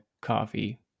coffee